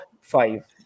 five